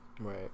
right